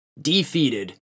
defeated